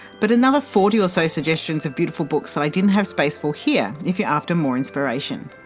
but another forty or so suggestions of beautiful books that i didn't have space for here if you're after more inspiration!